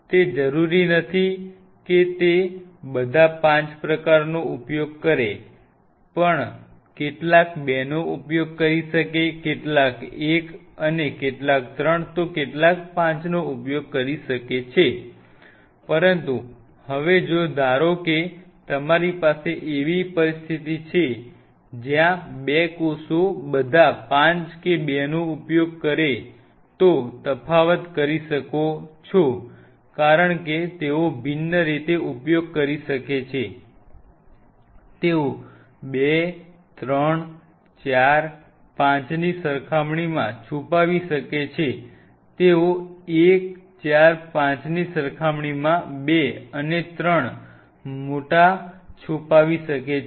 તે જરૂરી નથી કે તે બધા 5 પ્રકારોનો ઉપયોગ કરે કેટલાક 2 નો ઉપયોગ કરી શકે કેટલાક 1 3 તો કેટલાક 5 નો ઉપયોગ કરી શકે પરંતુ હવે જો ધારો કે તમારી પાસે એવી પરિસ્થિતિ છે કે જ્યાં 2 કોષો બધા 5 કે 2નો ઉપયોગ કરે છે તો તમે તફાવત કરી શકો છો કારણ કે તેઓ ભિન્ન રીતે ઉપયોગ કરી શકે છે તેઓ 2 3 4 5 ની સરખામણીમાં છુપાવી શકે છે તેઓ 1 4 5 ની સરખામણીમાં 2 અને 3 મોટા છુપાવી શકે છે